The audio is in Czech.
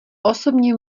osobně